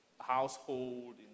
household